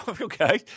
okay